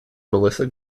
melissa